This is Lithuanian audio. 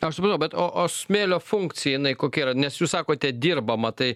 aš supratau bet o o smėlio funkcija jinai kokia yra nes jūs sakote dirbama tai